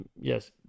Yes